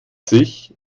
sich